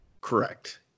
Correct